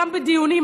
גם בדיונים,